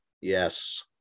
Yes